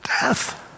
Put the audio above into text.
Death